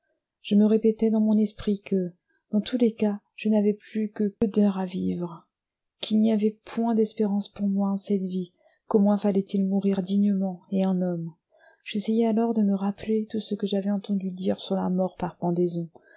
je me répétais dans mon esprit que dans tous les cas je n'avais plus que peu d'heures à vivre qu'il n'y avait point d'espérance pour moi en cette vie qu'au moins fallait-il mourir dignement et en homme j'essayai alors de me rappeler tout ce que j'avais entendu dire sur la mort par pendaison